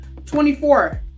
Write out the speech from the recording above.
24